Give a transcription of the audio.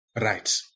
Right